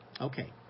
Okay